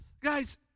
Guys